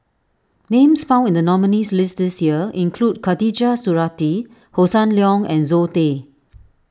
names found in the nominees' list this year include Khatijah Surattee Hossan Leong and Zoe Tay